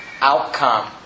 outcome